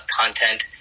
content